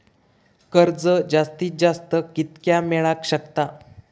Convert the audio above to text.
कर्ज जास्तीत जास्त कितक्या मेळाक शकता?